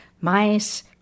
Mice